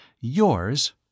Yours